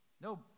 No